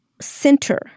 center